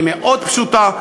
היא מאוד פשוטה,